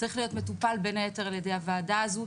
צריך להיות מטופל בין היתר על ידי הוועדה הזו.